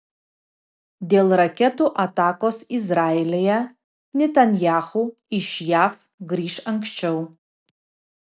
dėl raketų atakos izraelyje netanyahu iš jav grįš anksčiau